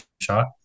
shot